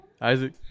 Isaac